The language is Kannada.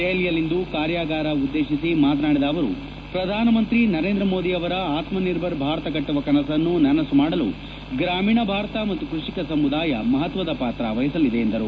ದೆಹಲಿಯಲ್ಲಿಂದು ಕಾರ್ಯಾಗಾರ ಉದ್ದೇತಿಸಿ ಮಾತನಾಡಿದ ಅವರು ಪ್ರಧಾನಮಂತ್ರಿ ನರೇಂದ್ರಮೋದಿ ಅವರ ಆತ್ಮ ನಿರ್ಭರ್ ಭಾರತ ಕಟ್ಟುವ ಕನಸನ್ನು ನನಸು ಮಾಡಲು ಗ್ರಾಮೀಣ ಭಾರತ ಮತ್ತು ಕೃಷಿಕ ಸಮುದಾಯ ಮಹತ್ವದ ಪಾತ್ರ ವಹಿಸಲಿದೆ ಎಂದರು